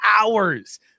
hours